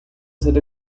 ser